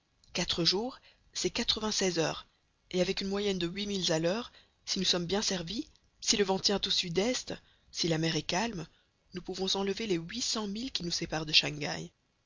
quatre jours c'est quatre-vingt-seize heures et avec une moyenne de huit milles à l'heure si nous sommes bien servis si le vent tient au sud-est si la mer est calme nous pouvons enlever les huit cents milles qui nous séparent de shangaï